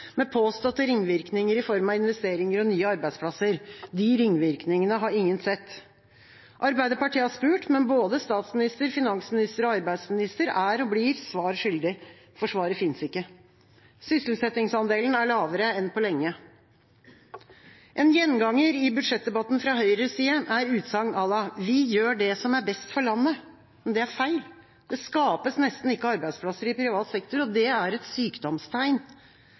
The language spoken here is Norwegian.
med påståtte ringvirkninger i form av investeringer og nye arbeidsplasser. De ringvirkningene har ingen sett. Arbeiderpartiet har spurt, men både statsminister, finansminister og arbeidsminister er og blir svar skyldig, for svaret fins ikke. Sysselsettingsandelen er lavere enn på lenge. En gjenganger i budsjettdebatten fra Høyres side er utsagn à la: Vi gjør det som er best for landet! Det er feil. Det skapes nesten ikke arbeidsplasser i privat sektor, og det er et sykdomstegn.